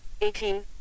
eighteen